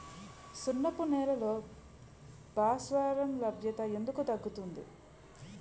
సున్నపు నేలల్లో భాస్వరం లభ్యత ఎందుకు తగ్గుతుంది?